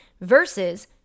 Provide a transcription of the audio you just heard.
versus